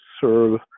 serve